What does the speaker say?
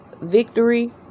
victory